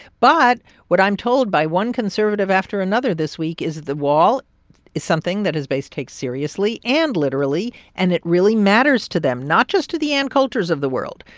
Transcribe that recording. but what i'm told by one conservative after another this week is the wall is something that his base takes seriously and literally. and it really matters to them, not just to the ann coulters of the world,